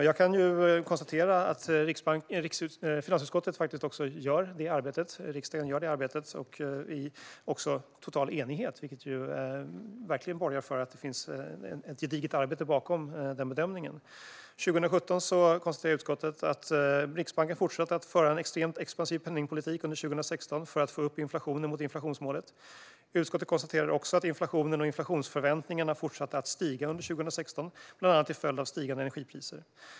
Jag kan konstatera att finansutskottet och riksdagen gör det arbetet i total enighet, vilket verkligen borgar för att det finns ett gediget arbete bakom den bedömningen. År 2017 konstaterade utskottet: Riksbanken fortsätter att föra en extremt expansiv penningpolitik under 2016 för att få upp inflationen mot inflationsmålet. Utskottet konstaterade också att inflationen och inflationsförväntningarna fortsatte att stiga under 2016 bland annat till följd av stigande energipriser.